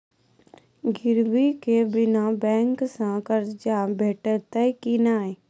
गिरवी के बिना बैंक सऽ कर्ज भेटतै की नै?